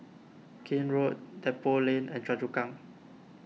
Keene Road Depot Lane and Choa Chu Kang